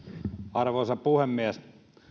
arvoisa puhemies